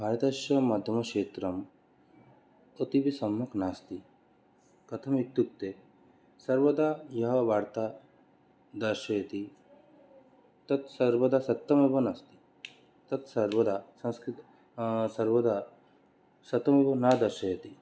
भारतस्य माध्यमक्षेत्रम् अतीवसम्मक् नास्ति कथमित्युक्ते सर्वदा यः वार्तां दर्शयति तत् सर्वदा सत्यमेव नास्ति तत् सर्वदा संस्कृतं सर्वदा सत्यमेव न दर्शयति